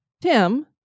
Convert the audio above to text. Tim